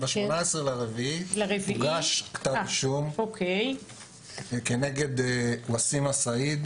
ב-18.4 הוגש כתב אישום כנגד וסים א-סעיד,